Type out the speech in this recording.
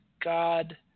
God